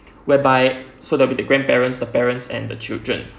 whereby so that would be the grandparents the parents and the children